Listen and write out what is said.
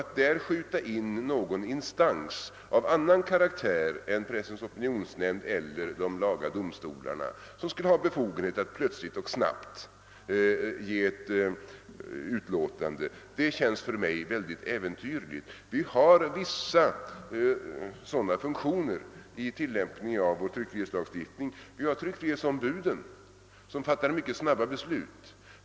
Att här skjuta in någon instans av annan karaktär än Pressens opinionsnämnd eller laga domstolar, som skulle ha befogenhet att snabbt ge ett utlåtande, känns för mig även tyrligt. Det finns vissa sådana funktioner vid tillämpningen av tryckfrihetsförordningen, nämligen tryckfrihetsombuden, som fattar snabba beslut.